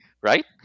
right